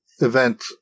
event